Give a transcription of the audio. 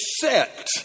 set